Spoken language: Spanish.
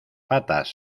patas